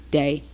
day